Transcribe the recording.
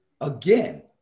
Again